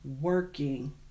working